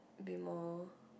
be more